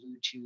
Bluetooth